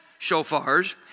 shofars